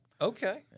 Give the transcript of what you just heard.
Okay